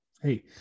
Hey